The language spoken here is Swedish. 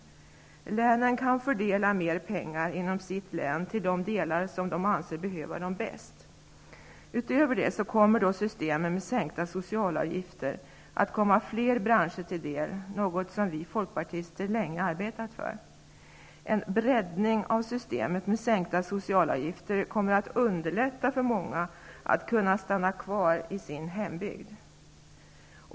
Länen kan fördela mer pengar inom sitt län, till delar som de anser behöver det bäst. Utöver detta kommer systemet med sänkta sociala avgifter att komma fler branscher till del, något vi folkpartister länge arbetat för. En breddning av systemet med sänkta socialavgifter kommer att underlätta för många att kunna stanna kvar i sin hembygd.